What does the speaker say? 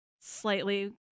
slightly